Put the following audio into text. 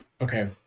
Okay